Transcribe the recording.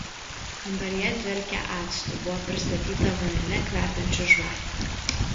kambaryje dvelkė actu buvo pristatyta vanile kvepiančių žvakių